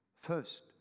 first